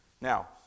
Now